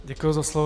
Děkuji za slovo.